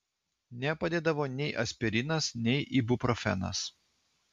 nepadėdavo nei aspirinas nei ibuprofenas